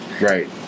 right